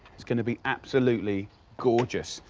it's going to be absolutely gorgeous.